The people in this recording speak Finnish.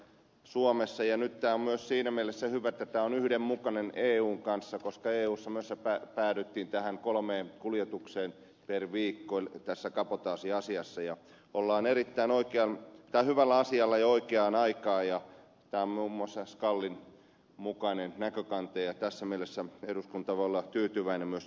suomessa ja niitä on myös siinä mielessä hyvä että on yhdenmukainen eun kanssa koska eussa myös epää päädyttiin tähän kolmeen kuljetukseen per viikko nyt tässä kabotaasiasiassaia ollaan erittäin oikean ja hyvällä asialla jo oikeaan aikaan ja sammumassa kalliin mukainen näkökantoja tässä mielessä eduskunta voi olla tyytyväinen myös